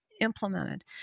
implemented